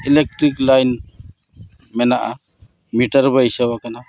ᱢᱮᱱᱟᱜᱼᱟ ᱵᱟᱹᱭᱥᱟᱹᱣ ᱟᱠᱟᱱᱟ